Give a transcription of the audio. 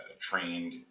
trained